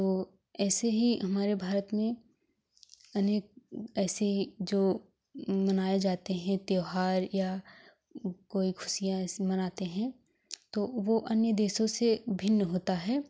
तो ऐसे ही हमारे भारत में अनेक ऐसे जो मनाए जाते हैं त्योहार या कोई खुशियाँ ऐसे मनाते हें तो वो अन्य देशों से भिन्न होता है